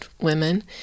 women